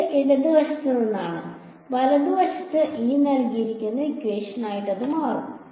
ഇത് ഇടത് വശത്ത് നിന്നാണ് വലതുവശത്ത് മാറും